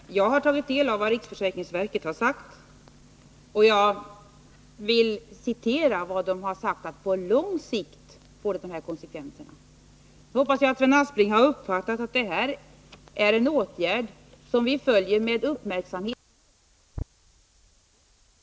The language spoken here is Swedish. Herr talman! Jag har tagit del av vad riksförsäkringsverket har sagt. Jag vill fästa uppmärksamheten på att verket har sagt att det på lång sikt får dessa konsekvenser. Jag hoppas att Sven Aspling har uppfattat att vi följer åtgärderna med uppmärksamhet. Det är alltså i det kortare perspektivet vi skall se den här åtgärden. Jag tycker att det är en väsentlig skillnad i förhållande till de resultat som redovisats från riksförsäkringsverket.